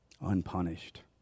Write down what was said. unpunished